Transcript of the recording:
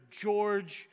George